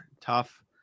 Tough